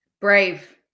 brave